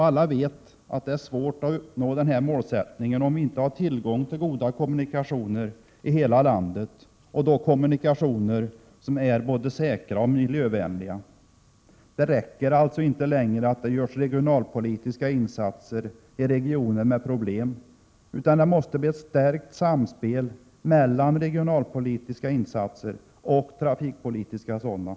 Alla vet att det är svårt att uppnå denna målsättning om vi inte har tillgång till goda kommunikationer i hela landet — kommunikationer som då också är säkra och miljövänliga. Det räcker alltså inte längre att det görs regionalpolitiska insatser i regioner med problem, utan det måste bli ett stärkt samspel mellan regionalpolitiska insatser och trafikpolitiska sådana.